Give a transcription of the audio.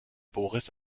boris